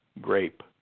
grape